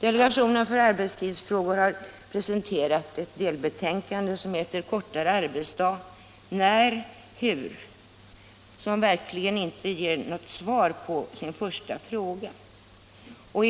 Delegationen för arbetstidsfrågor har presenterat ett delbetänkande, som heter ”Kortare arbetsdag - När? hur?” och som verkligen inte innehåller något svar på den första frågan.